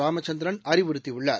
ராமச்சந்திரன் அறிவுறுத்தி உள்ளார்